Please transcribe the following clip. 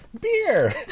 Beer